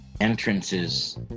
Entrances